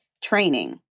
training